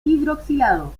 hidroxilado